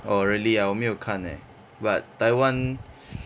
oh really ah 我没有看 leh but taiwan